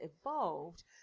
evolved